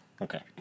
Okay